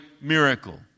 miracle